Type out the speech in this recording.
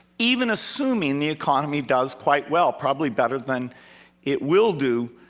even assuming the economy does quite well probably better than it will do.